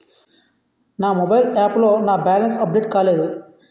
నా mobile app లో నా బ్యాలెన్స్ అప్డేట్ కాలేదు